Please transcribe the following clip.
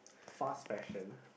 fast fashion